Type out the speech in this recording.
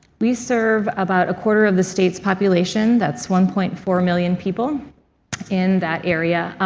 we serve about a quarter of the state's population. that's one point four million people in that area.